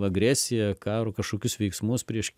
agresija karo kažkokius veiksmus prieš